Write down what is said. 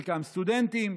חלקם סטודנטים,